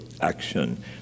action